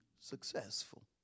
successful